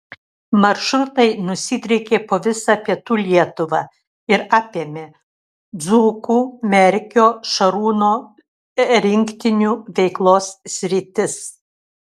maršrutai nusidriekė po visą pietų lietuvą ir apėmė dzūkų merkio šarūno rinktinių veiklos sritis